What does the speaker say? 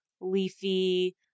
leafy